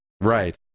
Right